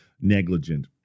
negligent